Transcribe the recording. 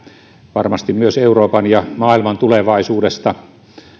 varmasti myös euroopan ja maailman tulevaisuudesta